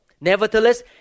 Nevertheless